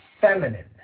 feminine